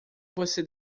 você